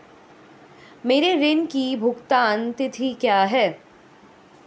मेरे ऋण की भुगतान तिथि क्या है?